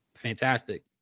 fantastic